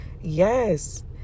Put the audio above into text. Yes